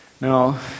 Now